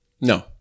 No